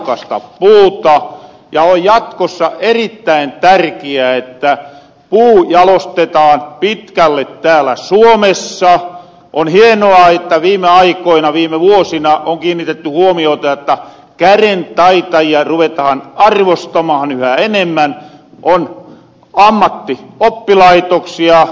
ranska pyytää ja jatkossa erittäin vähän ja että ne lähelle vetää big jalli täällä siinä missä oli hienoa että viime aikoina viime vuosina on kiinnitetty huomiota että käden taitajia ruveta hidastamaan yhä enemmän on vahvin oppilaitoksia